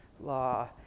law